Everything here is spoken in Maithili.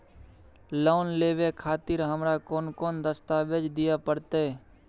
लोन लेवे खातिर हमरा कोन कौन दस्तावेज दिय परतै?